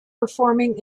performing